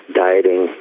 dieting